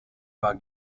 war